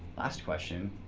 last question